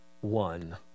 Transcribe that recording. one